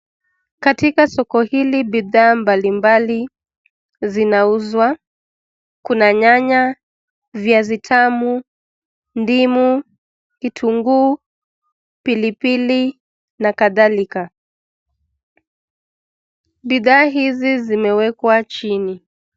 Katika soko hili bidhaa mbalimbali zinauzwa. Kuna nyanya, viazi tamu, ndimu, kitunguu, pilipili na kadhalika. Bidhaa hizi zimewekwa chini.